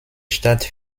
stadt